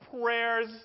prayers